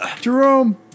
Jerome